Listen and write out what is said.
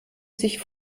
sich